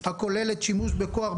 הכוללת שימוש בכוח,